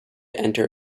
enter